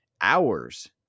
hours